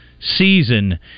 season